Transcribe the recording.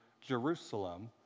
Jerusalem